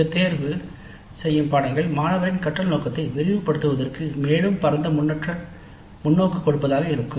இந்த தேர்வுகள் மாணவரின் கற்றல் நோக்கத்தை விரிவுபடுத்துவதற்கு மேலும் பரந்த முன்னோக்கு கொடுப்பதாக இருக்கும்